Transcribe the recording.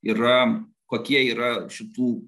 yra kokie yra šitų